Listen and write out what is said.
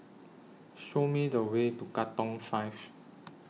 Show Me The Way to Katong five